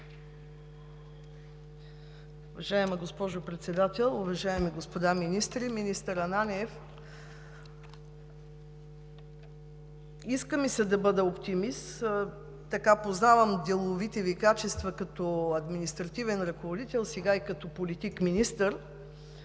Уважаема госпожо Председател, уважаеми господа министри! Министър Ананиев, иска ми се да бъда оптимист – познавам деловите Ви качества като административен ръководител, сега и като политик министър.